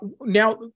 Now